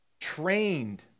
Trained